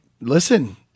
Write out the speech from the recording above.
listen